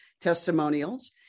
testimonials